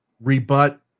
rebut